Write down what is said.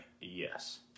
Yes